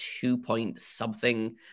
two-point-something